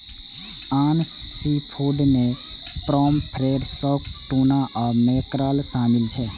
आन सीफूड मे pomfret, shark, tuna आ मैकेरल शामिल छै